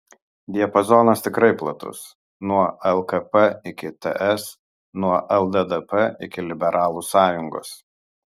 diapazonas tikrai platus nuo lkp iki ts nuo lddp iki liberalų sąjungos